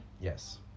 Yes